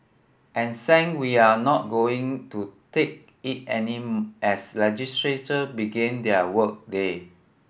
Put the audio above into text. and sang we're not going to take it anymore as legislator began their work day